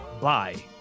bye